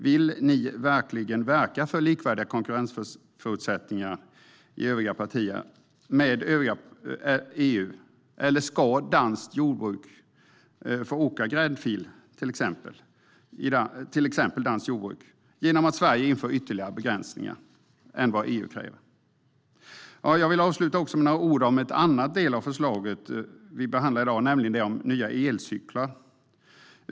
Vill övriga partier verka för likvärdiga konkurrensförutsättningar med övriga EU, eller ska till exempel danskt jordbruk få åka gräddfil genom att Sverige inför fler begränsningar än vad EU kräver? Jag vill avsluta med några ord om en annan del av förslaget vi behandlar i dag, nämligen den om nya elcyklar.